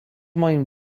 moim